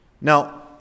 Now